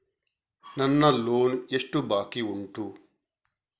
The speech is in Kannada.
ನನ್ನ ಲೋನ್ ಎಷ್ಟು ಬಾಕಿ ಉಂಟು?